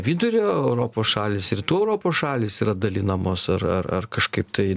vidurio europos šalys rytų europos šalys yra dalinamos ar ar ar kažkaip tai